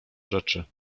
rzeczy